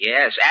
Yes